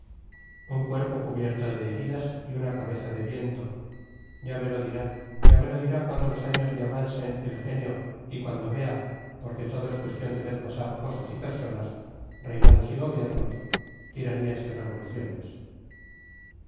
un cuerpo cubierto de heridas y una cabeza de viento ya me lo dirá ya me lo dirá cuando los años le amansen el genio y cuando vea porque todo es cuestión de ver pasar cosas y personas reinados y gobiernos tiranías y revoluciones